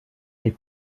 des